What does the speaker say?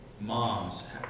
moms